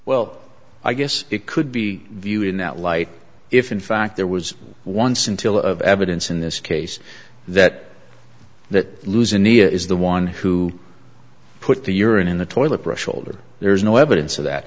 well i guess it could be viewed in that light if in fact there was one scintilla of evidence in this case that that lose an ear is the one who put the urine in the toilet brush holder there's no evidence of that